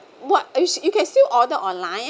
what you you can still order online